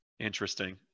Interesting